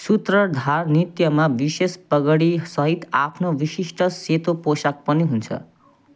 सूत्रधार नृत्यमा विशेष पगडीसहित आफ्नो विशिष्ट सेतो पोसाक पनि हुन्छ